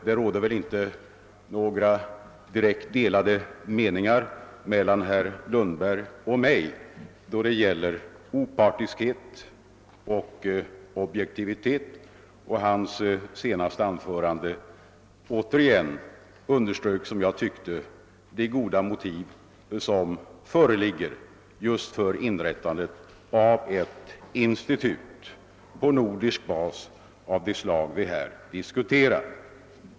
Det råder väl inte några direkt delade meningar mellan herr Lundberg och mig då det gäller opartiskhet och objektivitet. Hans senaste anförande underströk återigen de goda motiv som föreligger just för inrättandet av ett institut på nordisk bas av det slag vi här diskuterar.